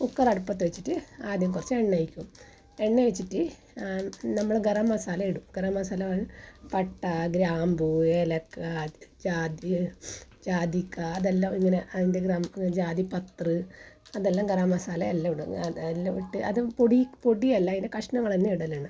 cooker അടുപ്പത്ത് വെച്ചിട്ട് ആദ്യം കുറച്ച് എണ്ണ ഒഴിക്കും എണ്ണ ഒഴിച്ചിട്ട് നമ്മൾ ഗരമ്മസാലയിടും ഗരമ്മസാല പട്ട ഗ്രാമ്പൂ ഏലക്ക ജാതി ജാതിക്ക അതെല്ലാം ഇങ്ങനെ അഞ്ച് ഗ്രാം ജാതി പതൃ അതെല്ലാം ഗാരമ്മസാലയെല്ലാം ഇടും എല്ലാം അത് ഇട്ട് അതും പൊടി പൊടിയല്ല അതിൻ്റെ കഷ്ണങ്ങൾ തന്നെ ഇടലുണ്ട്